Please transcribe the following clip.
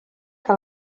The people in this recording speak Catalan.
que